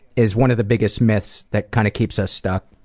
is one of the biggest myths that kind of keeps us stuck.